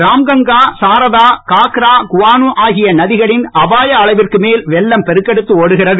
ராம்கங்கா சாரதா காக்ரா குவானு ஆகிய நதிகளில் அபாய அளவிற்கு மேல் வெள்ளம் பெருக்கெடுத்து ஓடுகிறது